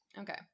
Okay